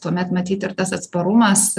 tuomet matyt ir tas atsparumas